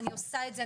אני עושה את זה,